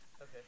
Okay